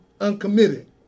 uncommitted